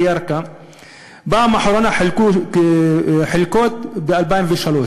בירכא בפעם האחרונה חילקו חלקות ב-2003,